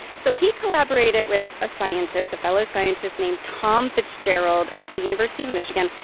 so he collaborated with a scientist, a fellow scientist named tom fitzgerald at the university of michigan.